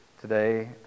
today